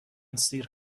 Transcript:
سیر